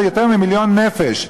וזה יותר ממיליון נפש,